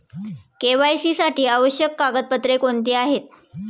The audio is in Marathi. के.वाय.सी साठी आवश्यक कागदपत्रे कोणती आहेत?